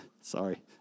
Sorry